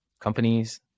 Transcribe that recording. companies